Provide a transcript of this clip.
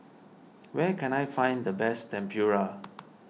where can I find the best Tempura